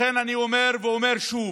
לכן אני אומר, ואומר שוב: